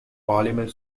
parliament